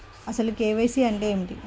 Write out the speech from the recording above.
అసలు కే.వై.సి అంటే ఏమిటి?